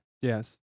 Yes